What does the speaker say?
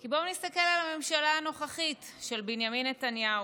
כי בואו נסתכל על הממשלה הנוכחית של בנימין נתניהו: